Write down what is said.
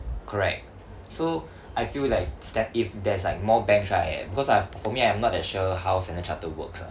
correct so I feel like sta~ if there's like more banks right because I've for me I'm not that sure how standard chartered works ah